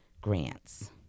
grants